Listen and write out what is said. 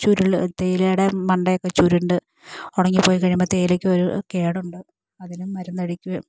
ചുരുള് തേയിലയുടെ മണ്ടയൊക്കെ ചുരുണ്ട് ഉണങ്ങി പോയി കഴിയുമ്പോൾ തേയിലക്കൊരു കേടുണ്ട് അതിലും മരുന്നടിക്കുകയും